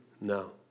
No